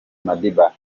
madiba